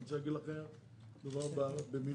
אני רוצה להגיד לכם שמדובר במינוי